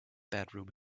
bedroom